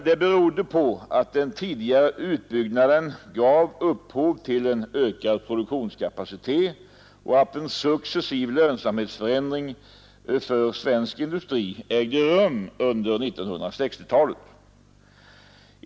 Detta berodde på att den tidigare utbyggnaden gav upphov till en ökad produktionskapacitet och på att en successiv lönsamhetsförändring för svensk industri ägde rum under 1960-talet.